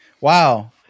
Wow